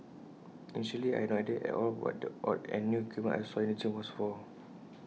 initially I had no idea at all what the odd and new equipment I saw in the gym was for